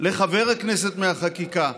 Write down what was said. לחבר הכנסת מהחקיקה,